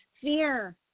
Fear